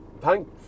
Thank